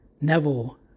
Neville